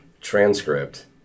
transcript